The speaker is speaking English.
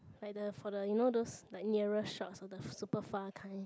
like the for the you know those like nearer shots or the super far kind